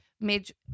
Midge